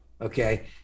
okay